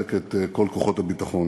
ולחזק את כל כוחות הביטחון.